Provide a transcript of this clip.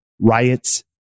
riots